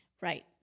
Right